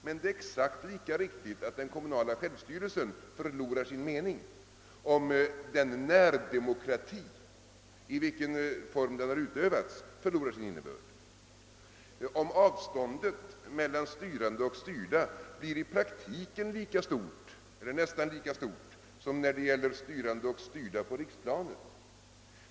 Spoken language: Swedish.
Men det är exakt lika riktigt att den kommunala självstyrelsen förlorar sin mening om närdemokratin — i vilken form den än har utövats — förlorar sin innebörd, om avståndet mellan styrande och styrda i praktiken blir lika stort eller nästan lika stort som när det gäller styrande och styrda på riksplanet.